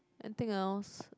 anything else